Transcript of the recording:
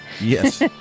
Yes